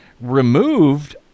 removed